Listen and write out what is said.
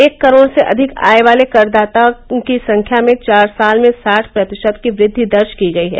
एक करोड़ से अधिक आय वाले करदाताओं की संख्या में चार साल में साठ प्रतिशत की वृद्वि दर्ज की गयी है